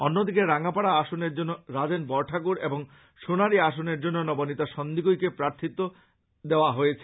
অন্যদিকে রাঙ্গাপাড়া আসনের জন্য রাজেন বড়ঠাকুর এবং সোনারী আসনের জন্য নবনীতা সন্দিকৈ প্রার্থীত্ব লাভ করেছেন